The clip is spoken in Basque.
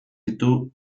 ditu